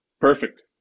Perfect